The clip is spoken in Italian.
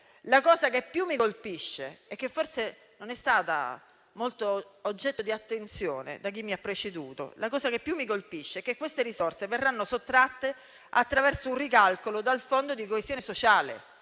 la cosa che più mi colpisce - e che forse non è stata molto oggetto di attenzione da chi mi ha preceduto - è che queste risorse verranno sottratte attraverso un ricalcolo dal fondo di coesione.